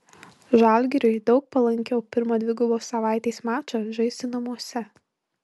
žalgiriui daug palankiau pirmą dvigubos savaitės mačą žaisti namuose